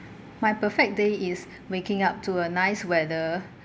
my perfect day is waking up to a nice weather